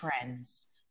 trends